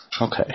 Okay